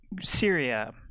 Syria